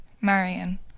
Marion